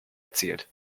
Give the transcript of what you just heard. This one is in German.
erzielt